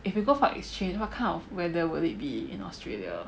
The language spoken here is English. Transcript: if we go for exchange what kind of weather will it be in Australia